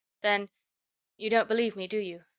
then you don't believe me, do you?